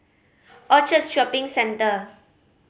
Orchard Shopping Centre